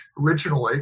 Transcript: originally